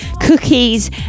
cookies